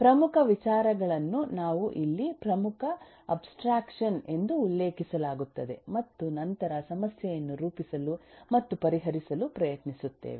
ಪ್ರಮುಖ ವಿಚಾರಗಳನ್ನು ನಾವು ಇಲ್ಲಿ ಪ್ರಮುಖ ಅಬ್ಸ್ಟ್ರಾಕ್ಷನ್ ಎಂದು ಉಲ್ಲೇಖಿಸಲಾಗುತ್ತದೆ ಮತ್ತು ನಂತರ ಸಮಸ್ಯೆಯನ್ನು ರೂಪಿಸಲು ಮತ್ತು ಪರಿಹರಿಸಲು ಪ್ರಯತ್ನಿಸುತ್ತೇವೆ